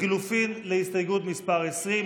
לחלופין להסתייגות מס' 20,